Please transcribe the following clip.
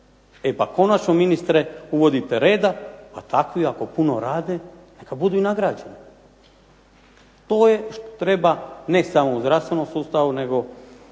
E pa konačno ministre uvodite reda, a takvi koji puno rade neka budu i nagrađeni. To treba ne samo u zdravstvenom sustavu nego